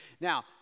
Now